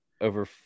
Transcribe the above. over